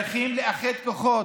צריכים לאחד כוחות,